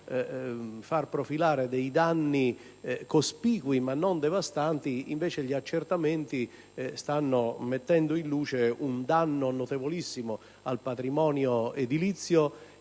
far profilare danni cospicui ma non devastanti, invece gli accertamenti stanno mettendo in luce un danno notevolissimo al patrimonio edilizio